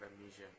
amnesia